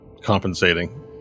compensating